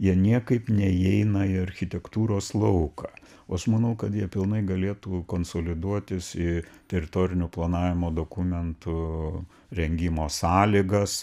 jie niekaip neįeina į architektūros lauką o aš manau kad jie pilnai galėtų konsoliduotis į teritorinio planavimo dokumentų rengimo sąlygas